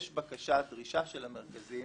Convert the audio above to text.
יש דרישה של המרכזים,